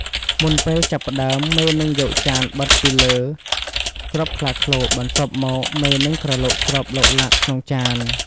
មុនពេលចាប់ផ្តើម មេនឹងយកចានបិទពីលើគ្រាប់ខ្លាឃ្លោក បន្ទាប់មកមេនឹងក្រឡុកគ្រាប់ឡុកឡាក់ក្នុងចាន។